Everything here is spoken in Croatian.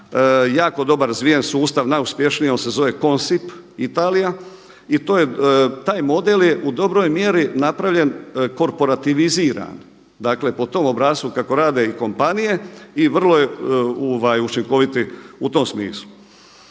jako dobro razvijen sustav, najuspješniji on se zove Konsip Italija i taj model je u dobroj mjeri napravljen korporativiziran. Dakle, po tom obrascu kako rade i kompanije i vrlo je učinkovit u tom smislu.